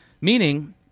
Meaning